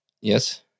yes